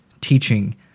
teaching